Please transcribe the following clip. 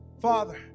father